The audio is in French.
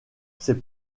c’est